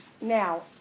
Now